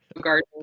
Garden